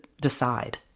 decide